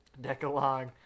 Decalogue